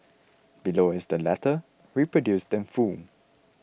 below is the letter reproduced in full